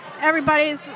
everybody's